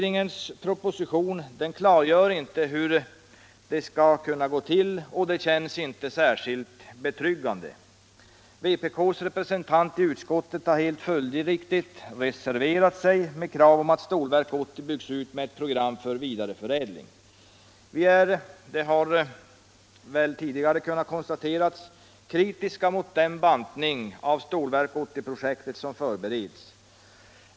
I propositionen klargörs inte hur det skall kunna gå till, och det känns inte särskilt betryggande. Vpk:s representant i utskottet har helt följdriktigt reserverat sig och framställt krav på att Stålverk 80 byggs ut med ett program för vidareförädling. Vi är, och det har väl tidigare kunnat konstateras, kritiska mot den bantning av Stålverk 80-projektet som förbereds.